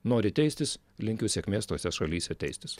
nori teistis linkiu sėkmės tose šalyse teistis